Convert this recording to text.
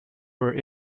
were